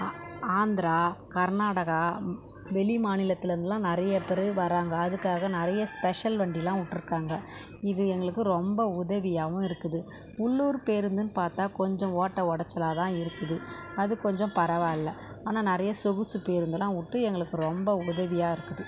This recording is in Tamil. ஆந்திரா கர்நாடகா வெளி மாநிலத்தில் இருந்தெல்லாம் நிறைய பேர் வராங்க அதுக்காக நிறைய ஸ்பெஷல் வண்டியெல்லாம் விட்ருக்காங்க இது எங்களுக்கு ரொம்ப உதவியாகவும் இருக்குது உள்ளுர் பேருந்துன்னு பார்த்தா கொஞ்சம் ஓட்டை உடச்சலா தான் இருக்குது அது கொஞ்சம் பரவாயில்ல ஆனால் நிறைய சொகுசு பேருந்தெல்லாம் விட்டு எங்களுக்கு ரொம்ப உதவியாக இருக்குது